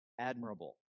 admirable